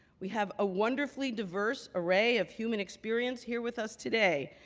we have a wonderfully diverse array of human experience here with us today,